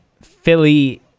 Philly